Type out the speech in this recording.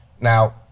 Now